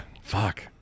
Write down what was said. Fuck